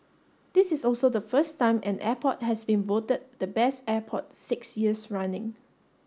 this is also the first time an airport has been voted the Best Airport six years running